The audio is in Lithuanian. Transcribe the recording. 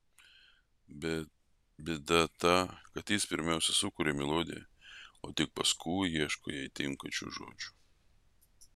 bet bėda ta kad jis pirmiausia sukuria melodiją o tik paskui ieško jai tinkančių žodžių